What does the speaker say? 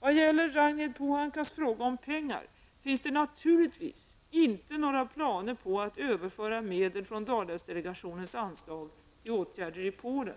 Vad gäller Ragnhild Pohankas fråga om pengar finns det naturligtvis inte några planer på att överföra medel från Dalälvsdelegationens anslag till åtgärder i Polen.